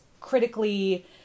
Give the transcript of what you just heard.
critically